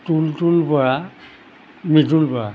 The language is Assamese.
তুলতুল বৰা নিতুল বৰা